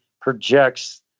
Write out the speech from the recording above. projects